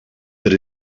that